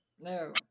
No